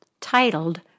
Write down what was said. Titled